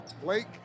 Blake